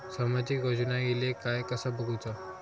सामाजिक योजना इले काय कसा बघुचा?